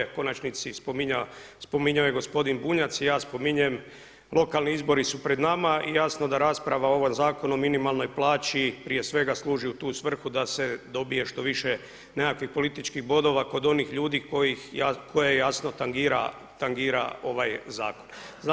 U konačnici spominjao je gospodin Bunjac i ja spominjem, lokalni izbori su pred nama i jasno da rasprava o ovom Zakonu o minimalnoj plaći prije svega služi u tu svrhu da se dobije što više nekakvih političkih bodova kod onih ljudi koje jasno tangira ovaj zakon.